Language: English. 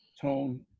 tone